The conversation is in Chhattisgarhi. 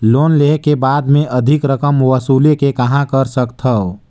लोन लेहे के बाद मे अधिक रकम वसूले के कहां कर सकथव?